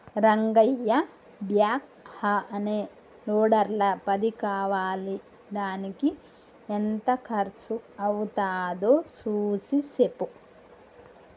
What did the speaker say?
Rangayya backhoe అనే లోడర్ల పది కావాలిదానికి ఎంత కర్సు అవ్వుతాదో సూసి సెప్పు